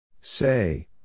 Say